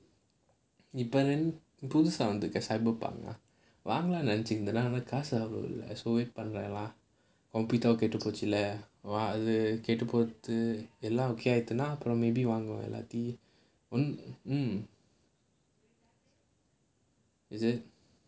புதுசா வந்துருக்க:puthusaa vanthurukka cyber பண்ணுவேன் வாங்கலாம்னு நினைச்சிருந்தேன் ஆனா காசு அவ்ளோவா இல்ல:pannuvaen vaangalaamnu ninaichchirunthaen aanaa kaasu avlovaa illa so wait பண்றேன்:pandraen lah computer கெட்டு போச்சுல்ல அது வேற கேட்டு போச்சு எல்லாம்:kettu pochchula adhu vera kettu pochu ellaam okay ஆகிடுனா வாங்குவேன்:aagidunaa vaanguvaen maybe எல்லாதையும்:ellaathaiyum is it